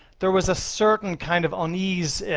there was a certain kind of unease,